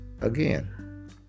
Again